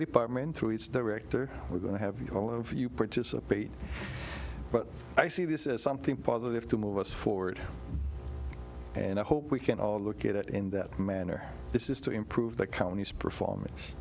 department through its director we're going to have all of you participate but i see this as something positive to move us forward and i hope we can all look at it in that manner this is to improve the company's performance